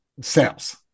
sales